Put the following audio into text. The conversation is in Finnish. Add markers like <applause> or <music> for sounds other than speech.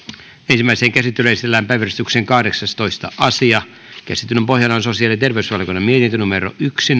ensimmäiseen käsittelyyn esitellään päiväjärjestyksen kahdeksastoista asia käsittelyn pohjana on sosiaali ja terveysvaliokunnan mietintö yksi <unintelligible>